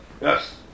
Yes